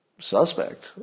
suspect